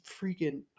freaking –